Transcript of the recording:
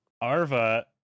Arva